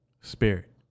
spirit